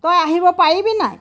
তই আহিব পাৰিবি নাই